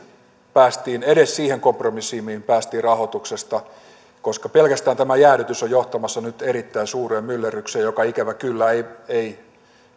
päästiin edes siihen kompromissiin mihin päästiin koska pelkästään tämä jäädytys on johtamassa nyt erittäin suureen myllerrykseen joka ikävä kyllä ei ei